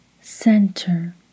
Center